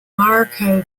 mirco